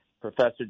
Professor